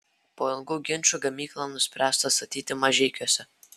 po ilgų ginčų gamyklą nuspręsta statyti mažeikiuose